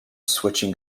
switching